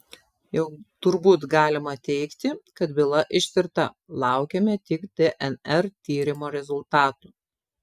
jau turbūt galima teigti kad byla ištirta laukiame tik dnr tyrimo rezultatų